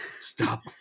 Stop